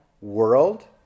world